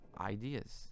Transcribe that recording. ideas